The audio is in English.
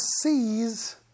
sees